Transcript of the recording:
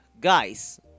guys